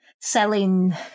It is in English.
selling